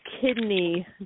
kidney